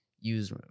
use